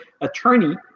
attorney